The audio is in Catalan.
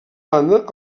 banda